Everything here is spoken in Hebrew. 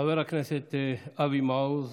חבר הכנסת אבי מעוז,